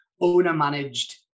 owner-managed